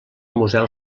museu